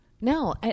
No